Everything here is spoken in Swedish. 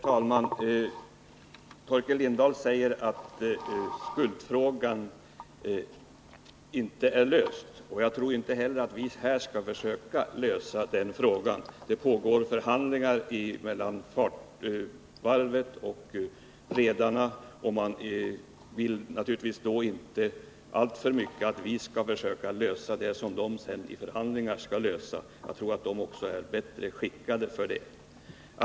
Herr talman! Torkel Lindahl sade att skuldfrågan inte är löst. Jag tror inte heller att vi här skall försöka lösa den. Det pågår förhandlingar mellan varvets representanter och redarna, och dessa vill naturligtvis inte att vi skall försöka reda ut det som de i förhandlingar skall klarlägga. Jag tror också att de är bättre skickade för den uppgiften.